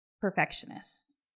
perfectionists